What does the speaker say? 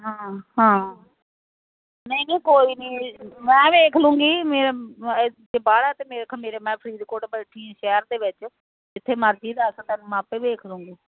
ਹਾਂ ਹਾਂ ਨਹੀਂ ਨਹੀਂ ਕੋਈ ਨਹੀਂ ਮੈਂ ਵੇਖ ਲੂਗੀ ਮੇਰਾ ਫਰੀਦਕੋਟ ਬੈਠੀ ਸ਼ਹਿਰ ਦੇ ਵਿੱਚ ਜਿੱਥੇ ਮਰਜ਼ੀ ਦੱਸ ਤੈਨੂੰ ਮੈਂ ਆਪੇ ਵੇਖ ਲੂੰਗੀ